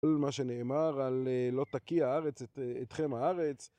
כל מה שנאמר על "לא תקיא הארץ... אתכם הארץ..."